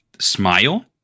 Smile